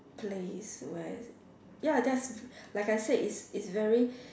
place where ya just like I said it's it's very